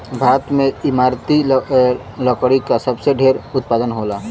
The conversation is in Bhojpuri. भारत में इमारती लकड़ी क सबसे ढेर उत्पादन होला